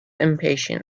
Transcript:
impatiently